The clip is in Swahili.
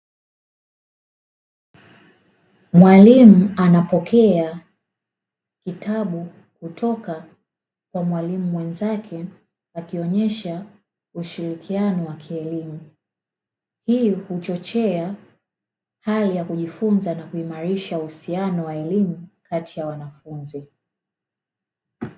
Mwalimu anapokea kitabu kutoka kwa mwalimu mwenzake, akionyesha ushirikiano wa kielimu. Hii huchochea hali ya kujifunza na kuimarisha uhusiano wa elimu kati ya wanafunzi.